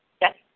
Yes